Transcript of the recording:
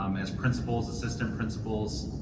um as principals, assistant principals,